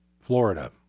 Florida